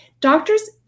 doctors